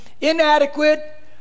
inadequate